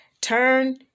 turn